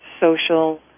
social